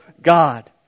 God